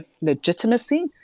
legitimacy